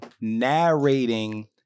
narrating